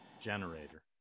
generator